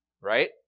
right